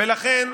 ולכן,